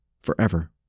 forever